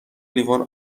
لیوان